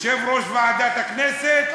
יושב-ראש ועדת הכנסת,